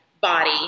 body